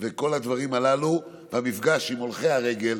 וכל הדברים הללו, והמפגש עם הולכי הרגל,